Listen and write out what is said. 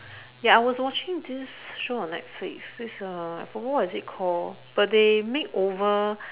ya I was watching this show on netflix this uh I forgot what is it called but they makeover